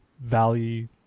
value